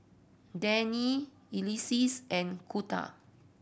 Dannie Ulises and Kunta